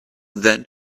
then